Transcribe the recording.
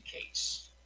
case